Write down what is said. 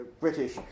British